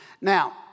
Now